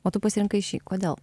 o tu pasirinkai šį kodėl